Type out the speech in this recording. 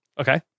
Okay